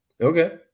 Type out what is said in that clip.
Okay